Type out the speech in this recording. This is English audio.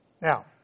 Now